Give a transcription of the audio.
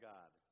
God